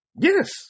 Yes